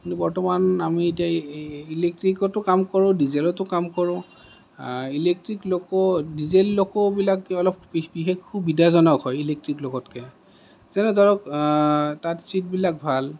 কিন্তু বৰ্তমান আমি এতিয়া ইলেক্ট্ৰিকতো কাম কৰো ডিজেলতো কাম কৰো ইলেক্ট্ৰিক লক' ডিজেল লক'বিলাক কিবা অলপ বিশেষ সুবিধাজনক হয় ইলেক্ট্ৰিক লক'তকে যেনে ধৰক তাত ছিটবিলাক ভাল